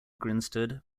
grinstead